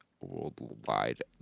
worldwide